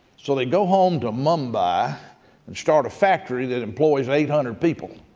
so they go home to mumbai and start a factory that employs eight hundred people,